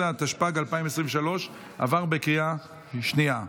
12), התשפ"ג 2023, עברה בקריאה שנייה.